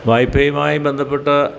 വായ്പ്പയുമായി ബന്ധപ്പെട്ട